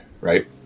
right